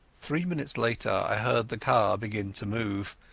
three minutes later i heard the car begin to move,